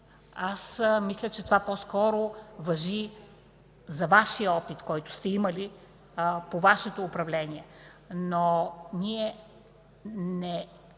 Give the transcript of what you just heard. аз мисля, че това по-скоро важи за Вашият опит, който сте имали по Вашето управление, но ние нито